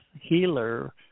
healer